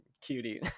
cutie